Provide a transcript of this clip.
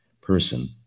person